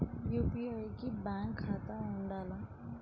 UPI కి bank ఖాతా ఉండాల?